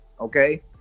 okay